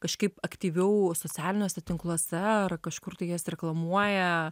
kažkaip aktyviau socialiniuose tinkluose ar kažkur tai jas reklamuoja